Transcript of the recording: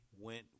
went